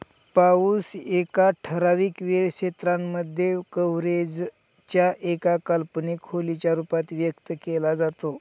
पाऊस एका ठराविक वेळ क्षेत्रांमध्ये, कव्हरेज च्या एका काल्पनिक खोलीच्या रूपात व्यक्त केला जातो